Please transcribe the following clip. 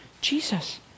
Jesus